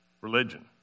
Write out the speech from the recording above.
religion